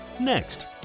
Next